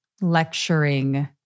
lecturing